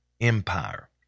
Empire